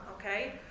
Okay